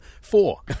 four